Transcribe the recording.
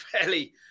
fairly